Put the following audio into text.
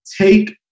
take